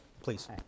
please